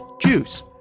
Juice